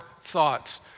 thoughts